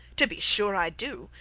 to be sure i do.